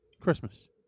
Christmas